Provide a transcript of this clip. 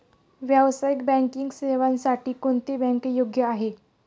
व्यावसायिक बँकिंग सेवांसाठी कोणती बँक योग्य आहे?